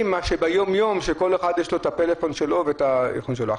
מאשר ביומיום כשלכל אחד יש את הפלאפון שלו ואת האיכון שלו.